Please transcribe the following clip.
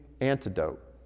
antidote